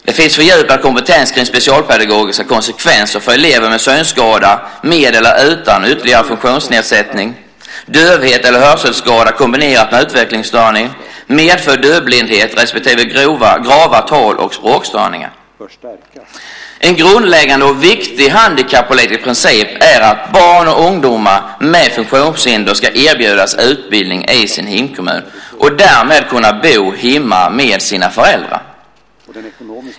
Det finns fördjupad kompetens kring specialpedagogiska konsekvenser för elever med synskada med eller utan ytterligare funktionsnedsättning, dövhet eller hörselskada kombinerat med utvecklingsstörning, medfödd dövblindhet respektive grava tal och språkstörningar. En grundläggande och viktig handikappolitisk princip är att barn och ungdomar med funktionshinder ska erbjudas utbildning i sin hemkommun och därmed kunna bo hemma med sina föräldrar.